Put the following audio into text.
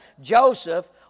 Joseph